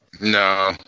no